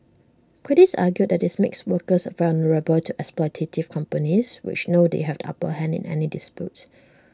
critics argue that this makes workers vulnerable to exploitative companies which know they have the upper hand in any dispute